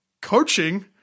coaching